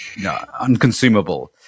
unconsumable